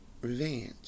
Revenge